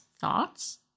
Thoughts